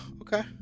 okay